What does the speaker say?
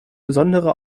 besondere